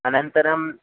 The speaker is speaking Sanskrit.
अनन्तरम्